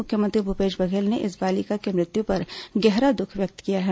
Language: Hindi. मुख्यमंत्री भूपेश बघेल ने इस बालिका की मृत्यु पर गहरा दुख व्यक्त किया है